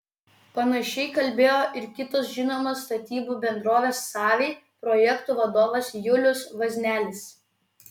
panašiai kalbėjo ir kitos žinomos statybų bendrovės savy projektų vadovas julius vaznelis